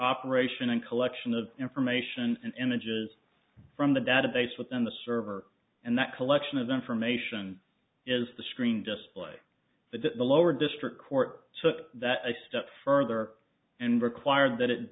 operation and collection of information and images from the database within the server and that collection of information is the screen display but the lower district court took that a step further and required that